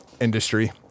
industry